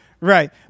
Right